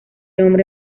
hombre